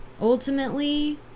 Ultimately